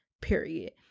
period